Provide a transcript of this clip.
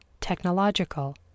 technological